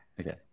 Okay